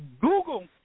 Google